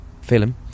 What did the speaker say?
film